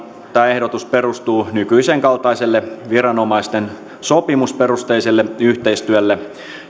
ehdotus perustuu nykyisen kaltaiselle viranomaisten sopimusperusteiselle yhteistyölle